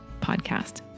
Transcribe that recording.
podcast